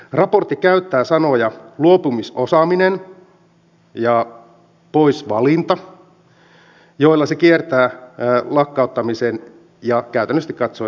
raportti käyttää sanoja luopumisosaaminen ja poisvalinta joilla se kiertää lakkauttamisen ja käytännöllisesti katsoen säästöt